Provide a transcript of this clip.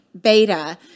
beta